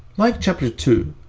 like chapter two,